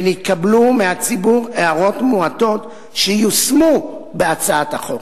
ונתקבלו מהציבור הערות מועטות, שיושמו בהצעת החוק.